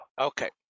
okay